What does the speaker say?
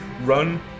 Run